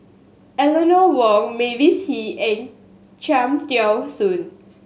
Eleanor Wong Mavis Hee and Cham Tao Soon